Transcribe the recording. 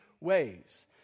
ways